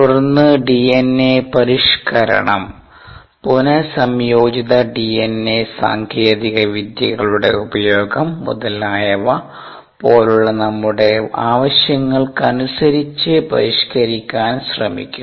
തുടർന്ന് ഡിഎൻഎ പരിഷ്ക്കരണം പുന സംയോജിത ഡിഎൻഎ സാങ്കേതികവിദ്യകളുടെ ഉപയോഗം മുതലായവ പോലുള്ള നമ്മുടെ ആവശ്യങ്ങൾക്കനുസരിച്ച് പരിഷ്കരിക്കാൻ ശ്രമിക്കും